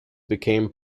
became